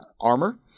armor